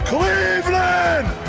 Cleveland